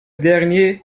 dernier